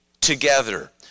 together